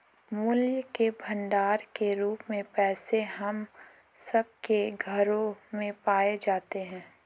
मूल्य के भंडार के रूप में पैसे हम सब के घरों में पाए जाते हैं